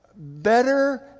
Better